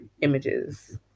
images